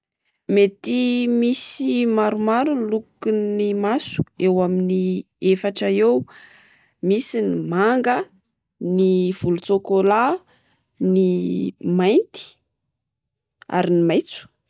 Mety misy maromaro ny lokon'ny maso. Eo amin'ny efatra eo misy ny manga, ny volon-tsôkôla, ny mainty ary ny maintso.